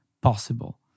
possible